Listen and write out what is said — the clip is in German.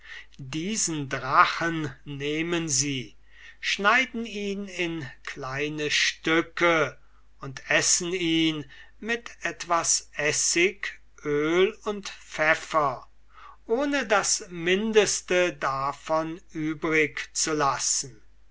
diesen drachen nehmen sie schneiden ihn in kleine stücke und essen ihn mit etwas essig öl und pfeffer ohne das mindeste davon übrig zu lassen